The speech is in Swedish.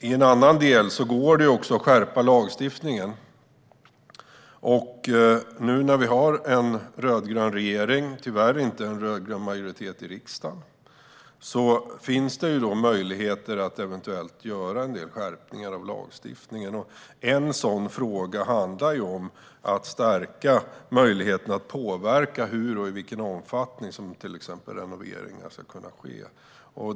I en annan del går det dock att skärpa lagstiftningen, och nu när vi har en rödgrön regering - även om vi tyvärr inte har en rödgrön majoritet i riksdagen - finns det möjligheter att eventuellt göra en del skärpningar av lagstiftningen. Det handlar till exempel om att stärka möjligheten att påverka hur och i vilken omfattning som renoveringar ska kunna ske.